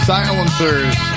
Silencers